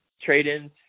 trade-ins